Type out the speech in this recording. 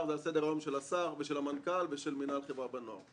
זה על סדר היום של השר ושל המנכ"ל ושל מינהל חברה ונוער.